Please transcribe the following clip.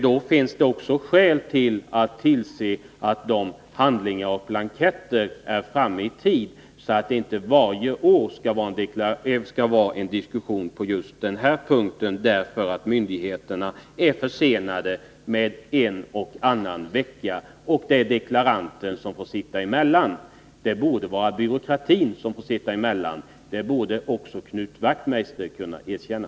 Det finns också skäl att tillse att erforderliga handlingar och blanketter är deklaranterna till handa i tid, så att det inte varje år skall förekomma diskussioner om att myndigheterna är en eller annan vecka för sent ute och att det är deklaranterna som får sitta emellan. Det borde vara byråkraterna som fick sitta emellan. Det borde också Knut Wachtmeister kunna erkänna.